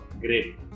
great